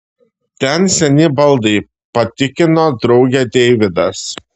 ten seni baldai patikino draugę deividas